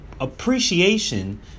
appreciation